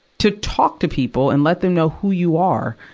to talk to people and let them know who you are.